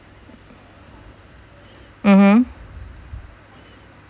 mmhmm